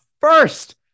first